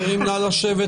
צהרים טובים לכולם.